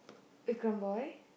Vikram boy